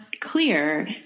clear